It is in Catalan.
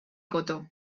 cotó